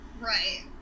Right